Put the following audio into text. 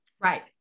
Right